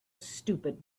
stupid